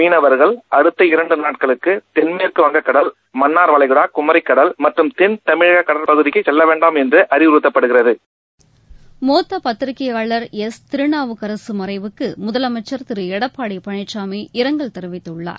மீனவர்கள் அடுத்த இரண்டு நாட்களுக்கு தென்மேற்குக் வங்கக்கடல் மன்னார் குமரிக்கடல் மற்றும் தென்தமிழக கடல் பகுதிக்கு செல்ல வேண்டாம் வளைகுடா என்று அறிவுறுத்தப்படுகிறது மூத்த பத்திரிகையாளர் எஸ் திருநாவுக்கரசு மறைவுக்கு முதலமைச்சர் திரு எடப்பாடி பழனிசாமி இரங்கல் தெரிவித்துள்ளார்